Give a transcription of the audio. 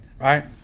right